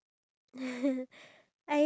why